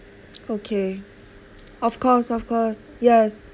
okay of course of course yes